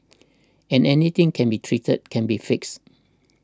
and anything can be treated can be fixed